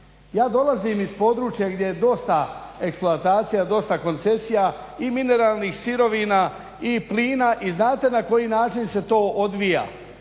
Ja dolazim iz područja gdje je dosta eksploatacija, dosta koncesija i mineralnih sirovina i plina i znate na koji način se to odvija,